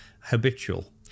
habitual